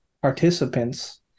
participants